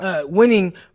winning